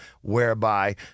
whereby